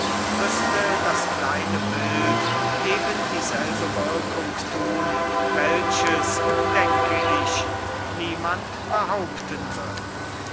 müßte das kleine bild eben dieselbe wirkung thun welches denke ich niemand behaupten wird